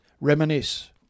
reminisce